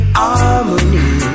harmony